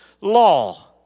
law